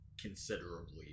considerably